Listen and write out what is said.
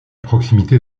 proximité